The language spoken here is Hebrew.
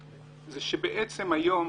שהיום,